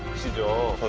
should go